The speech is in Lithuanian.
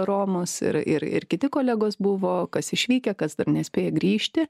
romos ir ir ir kiti kolegos buvo kas išvykę kas dar nespėję grįžti